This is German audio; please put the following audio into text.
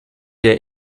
der